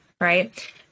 right